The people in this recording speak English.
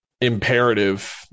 imperative